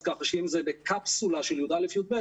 אז ככה שאם זה בקפסולה של י"א י"ב,